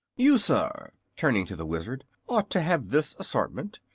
you, sir, turning to the wizard, ought to have this assortment.